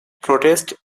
protest